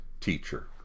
teacher